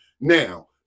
now